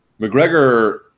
McGregor